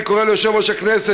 לכן, אני קורא ליושב-ראש הכנסת